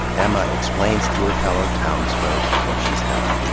emma explains to her fellow townsfolk what she's done.